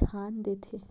छांद देथे